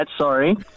Sorry